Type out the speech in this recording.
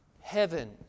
heaven